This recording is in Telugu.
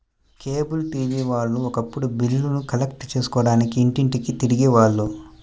కేబుల్ టీవీ వాళ్ళు ఒకప్పుడు బిల్లులు కలెక్ట్ చేసుకోడానికి ఇంటింటికీ తిరిగే వాళ్ళు